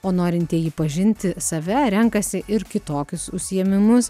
o norintieji pažinti save renkasi ir kitokius užsiėmimus